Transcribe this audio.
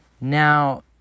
Now